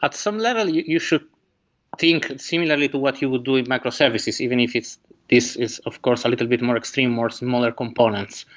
but some level you you should think similarly to what you would do with microservices, even if this is of course a little bit more extreme, more similar components,